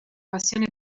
passione